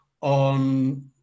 on